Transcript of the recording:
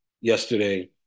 yesterday